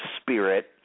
spirit